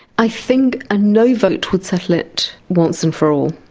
i think a no vote would settle it once and for all,